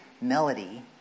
melody